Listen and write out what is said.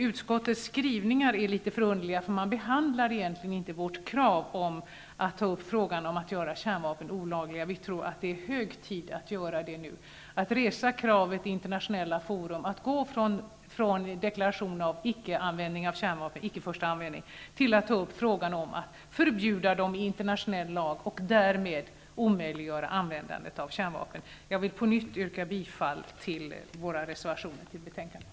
Utskottets skrivningar är litet förunderliga. Man behandlar egentligen inte vårt krav om att ta upp frågan om att göra kärnvapen olagliga. Vi tror att det är hög tid att göra det nu och att resa det kravet i internationella fora, att gå från en deklaration om icke-första-användning av kärnvapen till att ta upp frågan om att förbjuda dem i internationell lag. Därmed skulle man omöjliggöra användandet av kärnvapen. Jag vill på nytt yrka bifall till våra reservationer till betänkandet.